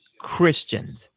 Christians